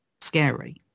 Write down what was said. Scary